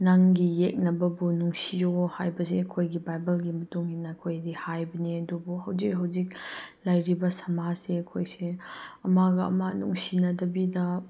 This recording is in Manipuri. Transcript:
ꯅꯪꯒꯤ ꯌꯦꯛꯅꯕꯕꯨ ꯅꯨꯡꯁꯤꯌꯨ ꯍꯥꯏꯕꯁꯦ ꯑꯩꯈꯣꯏꯒꯤ ꯕꯥꯏꯕꯜꯒꯤ ꯃꯇꯨꯡ ꯏꯟꯅ ꯑꯩꯈꯣꯏꯗꯤ ꯍꯥꯏꯕꯅꯤ ꯑꯗꯨꯕꯨ ꯍꯧꯖꯤꯛ ꯍꯧꯖꯤꯛ ꯂꯩꯔꯤꯕ ꯁꯃꯥꯖꯁꯦ ꯑꯩꯈꯣꯏꯁꯦ ꯑꯃꯒ ꯑꯃ ꯅꯨꯡꯁꯤꯅꯗꯕꯤꯗ